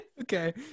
Okay